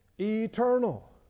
eternal